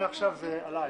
מעכשיו זה עלייך.